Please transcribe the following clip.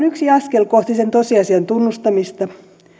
yksi askel kohti sen tosiasian tunnustamista